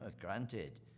Granted